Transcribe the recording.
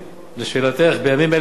לשאלתך, בימים אלה ממש